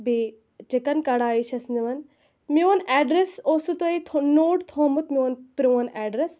بیٚیہِ چِکَن کڑایی چھَس نِوان میٛون ایڈرَس اوسوٕ تۄہہِ تھوٚو نوٹ تھوٚومُت میٛون پرٛون ایڈرَس